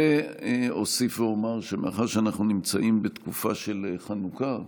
ואוסיף ואומר שמאחר שאנחנו נמצאים בתקופה של חנוכה,